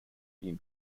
been